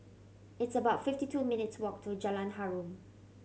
it's about fifty two minutes' walk to Jalan Harum